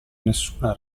nessuna